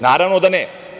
Naravno da ne.